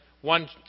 One